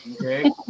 Okay